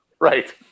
Right